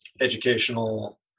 educational